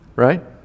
Right